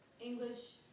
English